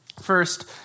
First